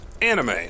anime